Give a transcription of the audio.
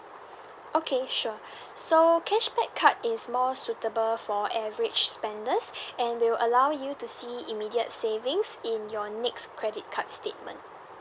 okay sure so cashback card is more suitable for average spenders and will allow you to see immediate savings in your next credit card statement